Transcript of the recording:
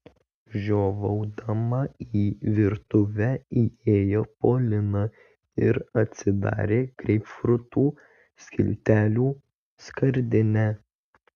žiovaudama į virtuvę įėjo polina ir atsidarė greipfrutų skiltelių skardinę